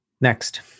Next